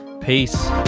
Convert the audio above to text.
Peace